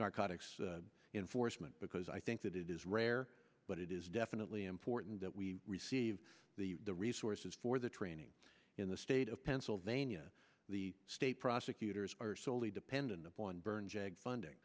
narcotics in forstmann because i think that it is rare but it is definitely important that we receive the resources for the training in the state of pennsylvania the state prosecutors are solely dependent upon burn jag funding